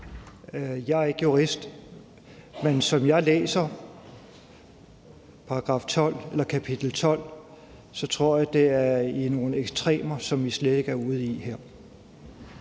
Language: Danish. Jeg er ikke jurist, men som jeg læser § 12 eller kapitel 12, tror jeg, det handler om nogle ekstremer, som vi slet ikke er ude i her.